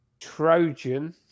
Trojan